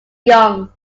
young